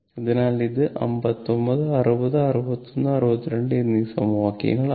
അതിനാൽ ഇത് 59 60 61 62 എന്നീ സമവാക്യങ്ങളാണ്